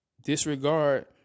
disregard